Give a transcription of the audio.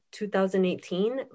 2018